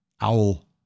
owl